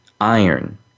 iron